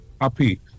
happy